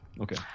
okay